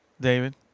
David